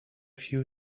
few